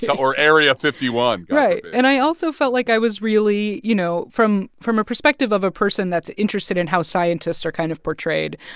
yeah or area fifty one point right. and i also felt like i was really you know, from from a perspective of a person that's interested in how scientists are kind of portrayed,